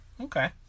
Okay